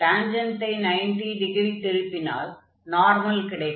டான்ஜென்டை 90 degree திருப்பினால் normal கிடைக்கும்